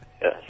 yes